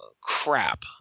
crap